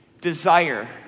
desire